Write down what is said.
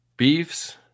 beefs